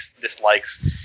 dislikes